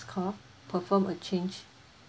call perform a change